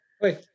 Wait